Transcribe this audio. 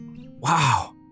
Wow